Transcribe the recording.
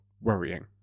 worrying